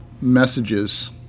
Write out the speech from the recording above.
messages